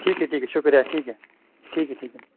ٹھیک ہے ٹھیک ہے شکریہ ٹھیک ہے ٹھیک ہے ٹھیک ہے